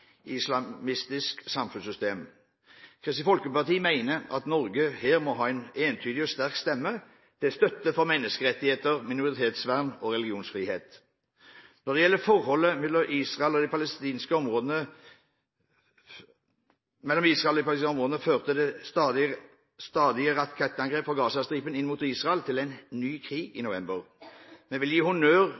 entydig og sterk stemme til støtte for menneskerettigheter, minoritetsvern og religionsfrihet. Når det gjelder forholdet mellom Israel og de palestinske områdene, førte stadige rakettangrep fra Gazastripen inn mot Israel til en ny krig i november. Vi vil gi honnør